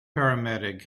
paramedic